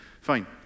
fine